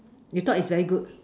you thought it's very good